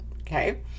okay